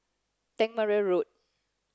Tangmere Road